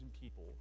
people